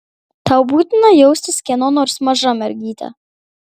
tau būtina jaustis kieno nors maža mergyte